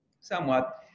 somewhat